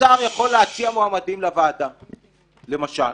השר יכול להציע מועמדים לוועדה, למשל.